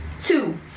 Two